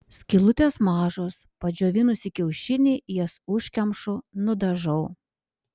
skylutės mažos padžiovinusi kiaušinį jas užkemšu nudažau